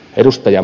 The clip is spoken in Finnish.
miedolle